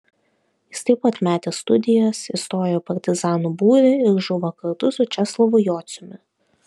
jis taip pat metė studijas įstojo į partizanų būrį ir žuvo kartu su česlovu jociumi